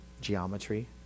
geometry